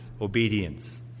obedience